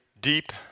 deep